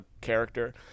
character